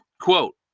Quote